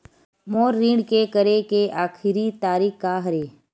मोर ऋण के करे के आखिरी तारीक का हरे?